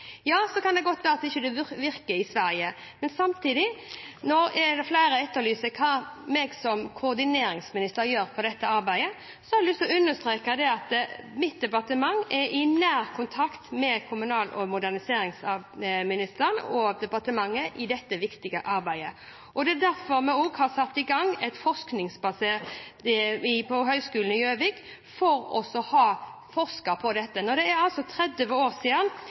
men samtidig – når flere etterlyser hva jeg som koordineringsminister gjør på dette området – har jeg lyst til å understreke at mitt departement er i nær kontakt med kommunal- og moderniseringsministeren og departementet i dette viktige arbeidet. Det er derfor vi også har satt i gang Høgskolen i Gjøvik med å forske på dette. Siden det er 30 år siden vi har hatt en gjennomgang og har hatt norske forsøk for å kartlegge bl.a. arealbehovet ved bruk av rullestol, er